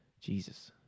Jesus